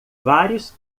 vários